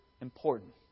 important